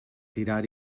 tirar